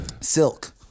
Silk